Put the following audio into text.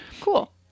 cool